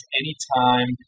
anytime